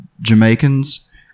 Jamaicans